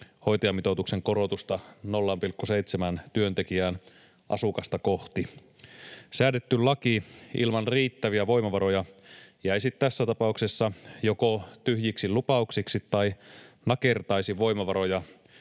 hoitajamitoituksen korotusta 0,7 työntekijään asukasta kohti. Säädetty laki ilman riittäviä voimavaroja joko jäisi tässä tapauksessa tyhjiksi lupauksiksi tai nakertaisi voimavaroja